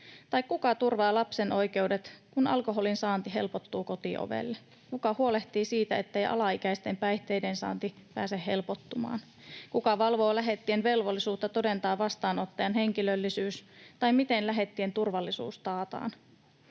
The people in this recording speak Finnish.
tai kuka turvaa lapsen oikeudet, kun alkoholin saanti helpottuu kotiovelle. Kuka huolehtii siitä, ettei alaikäisten päihteiden saanti pääse helpottumaan, kuka valvoo lähettien velvollisuutta todentaa vastaanottajan henkilöllisyys, tai miten lähettien turvallisuus taataan.